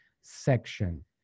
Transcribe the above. section